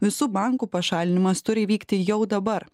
visų bankų pašalinimas turi įvykti jau dabar